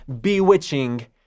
bewitching